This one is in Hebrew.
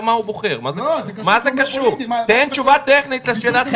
זו שאלה פשוטה, תן תשובה לשאלה פשוטה.